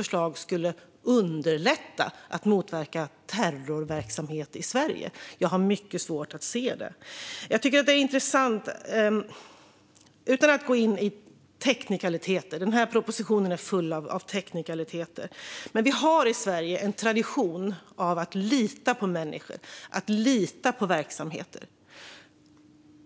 förslag skulle underlätta att motverka terrorverksamhet i Sverige. Jag har mycket svårt att se det. Jag ska inte gå in på teknikaliteter. Den här propositionen är full av teknikaliteter. Vi har i Sverige en tradition av att lita på människor och verksamheter.